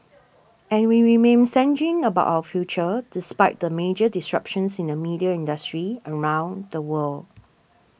and we remain sanguine about our future despite the major disruptions in the media industry around the world